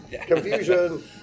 Confusion